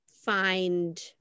find-